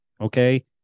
okay